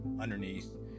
underneath